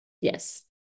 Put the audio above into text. yes